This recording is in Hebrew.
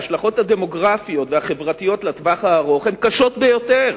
ההשלכות הדמוגרפיות והחברתיות לטווח הארוך הן קשות ביותר.